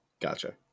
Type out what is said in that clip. Gotcha